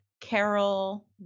carol